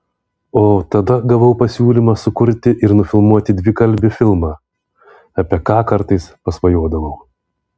o tada gavau pasiūlymą sukurti ir nufilmuoti dvikalbį filmą apie ką kartais pasvajodavau